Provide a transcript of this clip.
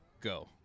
Go